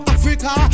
Africa